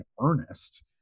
earnest